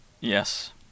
Yes